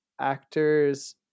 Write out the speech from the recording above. actors